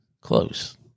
Close